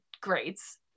grades